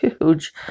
huge